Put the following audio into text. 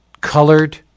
colored